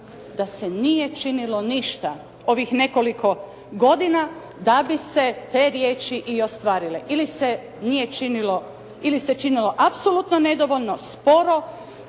da se nije činilo ništa ovih nekoliko godina da bi se te riječi i ostvarile ili se činilo apsolutno nedovoljno, sporo.